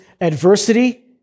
adversity